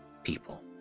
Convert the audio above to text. people